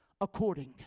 according